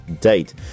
date